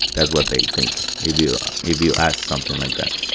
that's what they think if you if you ask something like that.